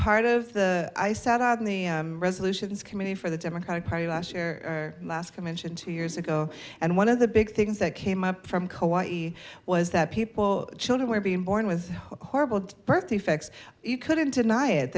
part of the i sat on the resolutions committee for the democratic party last year or last convention two years ago and one of the big things that came up from koichi was that people children were being born with horrible birth defects you couldn't deny it